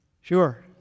Sure